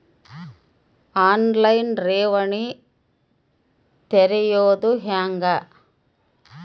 On line ಠೇವಣಿ ತೆರೆಯೋದು ಹೆಂಗ?